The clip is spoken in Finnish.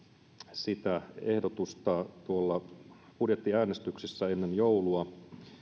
sitä ehdotusta budjettiäänestyksessä ennen joulua